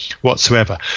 whatsoever